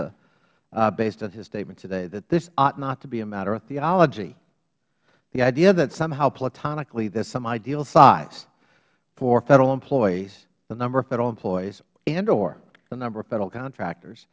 a based on his statement today that this ought not to be a matter of theology the idea that somehow platonically there is some ideal size for federal employees the number of federal employees andor the number of federal contractors